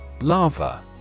Lava